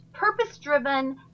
purpose-driven